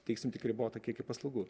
teiksim tik ribotą kiekį paslaugų